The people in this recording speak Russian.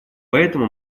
поэтому